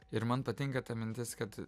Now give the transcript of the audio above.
ir man patinka ta mintis kad